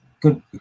good